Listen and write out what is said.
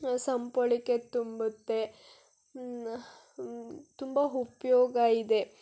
ಸಂಪೊಳಕ್ಕೆ ತುಂಬುತ್ತೆ ತುಂಬ ಉಪಯೋಗ ಇದೆ